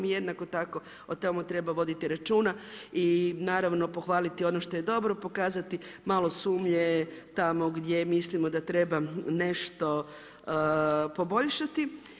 I jednako tako od tamo treba voditi računa i naravno pohvaliti ono što je dobro, pokazati malo sumnje tamo gdje mislimo da treba nešto poboljšati.